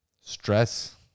Stress